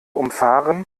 umfahren